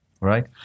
right